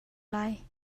lai